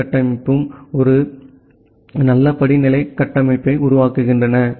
B கட்டமைப்பும் அவை ஒரு நல்ல படிநிலை கட்டமைப்பை உருவாக்குகின்றன